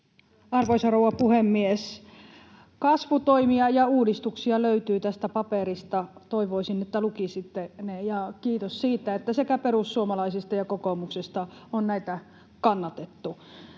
Arvoisa rouva puhemies! Kasvutoimia ja uudistuksia löytyy tästä paperista. [Puhuja näyttää kädessään vihkosta] Toivoisin, että lukisitte ne. Ja kiitos siitä, että sekä perussuomalaisista että kokoomuksesta on näitä kannatettu.